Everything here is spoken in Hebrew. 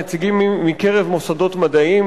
נציגים מקרב מוסדות מדעיים,